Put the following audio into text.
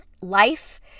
life